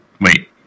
wait